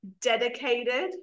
dedicated